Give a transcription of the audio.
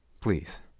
Please